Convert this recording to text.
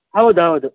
ಹೌದು ಹೌದು